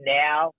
now